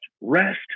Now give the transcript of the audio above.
rest